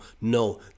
no